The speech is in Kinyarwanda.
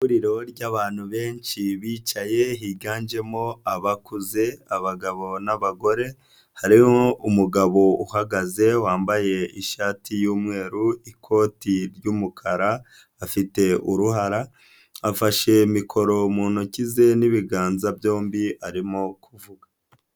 Ihuriro ry'abantu benshi bicaye, higanjemo abakuze, abagabo n'abagore, harimo umugabo uhagaze wambaye ishati y'umweru, ikoti ry'umukara, afite uruhara, afashe mikoro mu ntoki ze n'ibiganza byombi arimo kuvuga.